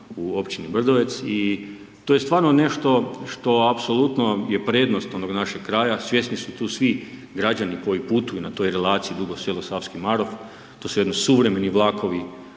u općini Brdovec i to je stvarno nešto što apsolutno je prednost onog našeg kraja, svjesni su tu svi građani koji putuju na toj relaciji Dugo Selo – Savski Marof, to su jedni suvremeni vlakovi,